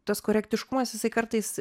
tas korektiškumas isai kartais